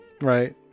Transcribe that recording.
Right